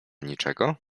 niczego